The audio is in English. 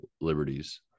liberties